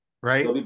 Right